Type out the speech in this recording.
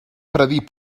predir